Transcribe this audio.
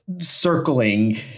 circling